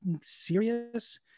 serious